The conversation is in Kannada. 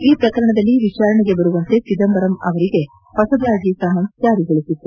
ಈ ಪ್ರಕರಣದಲ್ಲಿ ವಿಚಾರಣೆಗೆ ಬರುವಂತೆ ಚಿದಂಬರಂ ಅವರಿಗೆ ಹೊಸದಾಗಿ ಸಮನ್ವ್ ಜಾರಿಗೊಳಿಸಲಾಗಿತ್ತು